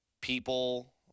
people